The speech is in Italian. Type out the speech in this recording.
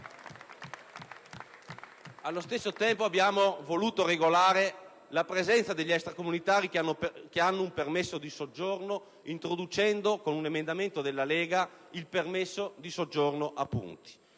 Allo stesso tempo abbiamo voluto regolare la presenza degli extracomunitari che hanno un permesso di soggiorno, introducendo, con un emendamento della Lega, il permesso di soggiorno a punti.